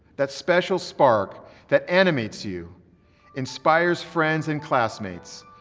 that special spark that animates you inspires friends and classmates,